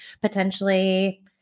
potentially